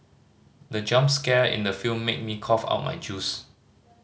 the jump scare in the film made me cough out my juice